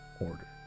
order